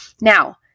Now